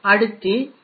அடுத்து ஈ